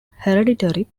hereditary